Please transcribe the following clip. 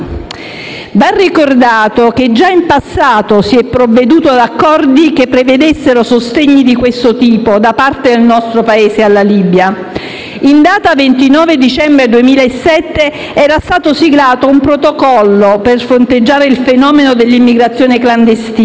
Va ricordato che già in passato si è provveduto ad accordi che prevedevano sostegni di questo tipo da parte del nostro Paese alla Libia. In data 29 dicembre 2007 era stato siglato un protocollo per fronteggiare il fenomeno dell'immigrazione clandestina,